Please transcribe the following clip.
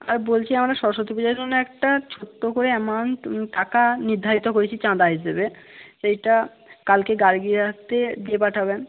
আর বলছি আমরা সরস্বতী পুজার জন্য একটা ছোট্ট করে অ্যামাউন্ট টাকা নির্ধারিত করেছি চাঁদা হিসেবে সেইটা কালকে গার্গীর হাতে দিয়ে দিয়ে পাঠাবেন